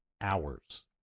hours